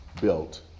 built